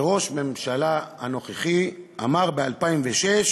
וראש הממשלה הנוכחי אמר ב-2006: